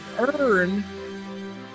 Earn